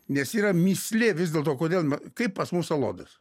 nes yra mįslė vis dėlto kodėl me kaip pas mus alodas